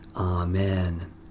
Amen